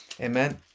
amen